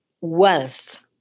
wealth